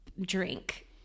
drink